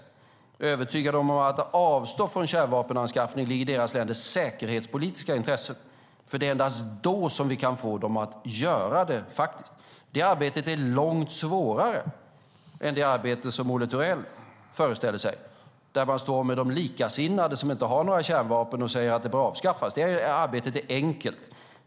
Vi måste övertyga dem om att det ligger i deras länders säkerhetspolitiska intresse att avstå från kärnvapenanskaffning, för det är endast så som vi kan få dem att göra det. Detta arbete är långt svårare än det arbete som Olle Thorell föreställer sig, där man står med de likasinnade som inte har några kärnvapen och säger att de bör avskaffas. Det arbetet är enkelt.